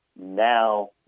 Now